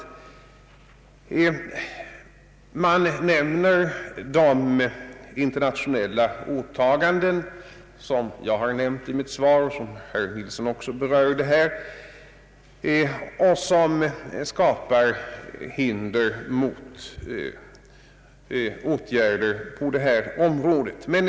Utskottet talade också om de internationella åtaganden som jag har nämnt i mitt svar i dag och som herr Nilsson också berörde, vilka skapar hinder mot åtgärder på det här området.